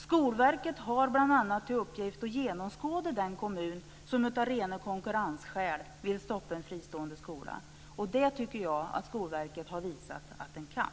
Skolverket har bl.a. till uppgift att genomskåda den kommun som av rena konkurrensskäl vill stoppa en fristående skola. Det tycker jag att Skolverket har visat att man kan.